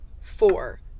four